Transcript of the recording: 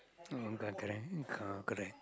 uh got correct uh co~ correct